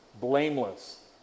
blameless